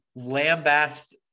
lambast